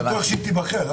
אתה בטוח שהיא תיבחר.